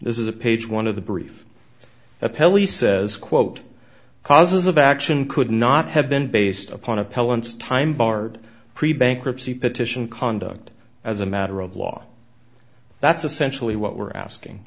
this is a page one of the brief appellee says quote causes of action could not have been based upon appellants time barred pre bankruptcy petition conduct as a matter of law that's essentially what we're asking